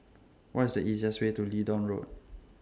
What IS The easiest Way to Leedon Road